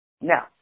now